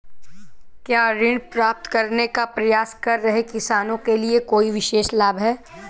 क्या ऋण प्राप्त करने का प्रयास कर रहे किसानों के लिए कोई विशेष लाभ हैं?